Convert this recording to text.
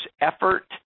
effort